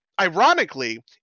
ironically